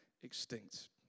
extinct